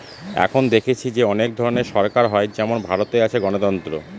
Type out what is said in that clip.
এখন দেখেছি যে অনেক ধরনের সরকার হয় যেমন ভারতে আছে গণতন্ত্র